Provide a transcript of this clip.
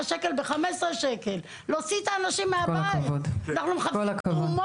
100 ₪ בתשלום סמלי של 15 ₪ וזאת רק על מנת